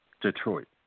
Detroit